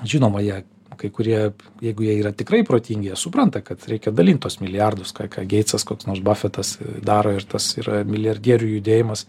žinoma jie kai kurie jeigu jie yra tikrai protingi jie supranta kad reikia dalint tuos milijardus ką ką geitsas koks nors bufetas daro ir tas yra milijardierių judėjimas